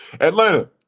Atlanta